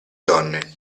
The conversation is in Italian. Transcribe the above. donne